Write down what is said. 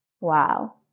Wow